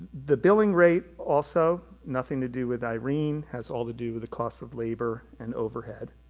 the billing rate also nothing to do with irene, has all to do with the costs of labor and overhead.